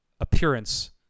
appearance